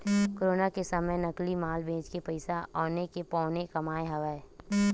corona के समे नकली माल बेचके पइसा औने के पौने कमाए हवय